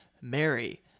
Mary